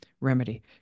remedy